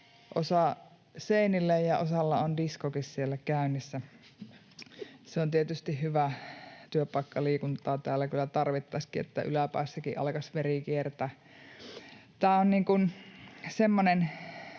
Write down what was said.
puhelin] ja osalla on diskokin siellä käynnissä. Se on tietysti hyvä, työpaikkaliikuntaa täällä kyllä tarvittaisiinkin, että yläpäässäkin alkaisi veri kiertää. Tämä on semmoinen